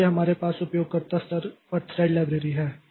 इसलिए हमारे पास उपयोगकर्ता स्तर पर थ्रेड लाइब्रेरी हैं